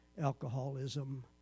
alcoholism